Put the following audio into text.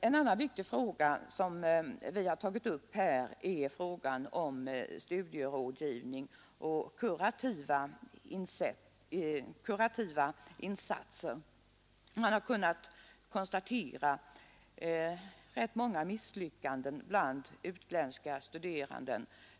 En annan viktig fråga som vi har tagit upp rör studierådgivningen och kurativa insatser. Man har kunnat konstatera rätt många misslyckanden bland utländska studerande.